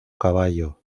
caballo